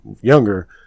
younger